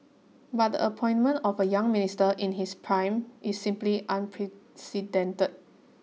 but the appointment of a young Minister in his prime is simply unprecedented